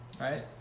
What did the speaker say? right